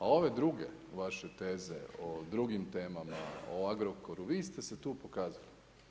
A ove druge vaše teze o drugim temama, o Agrokoru, vi ste se tu pokazali.